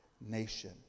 Nation